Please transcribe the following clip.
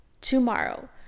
tomorrow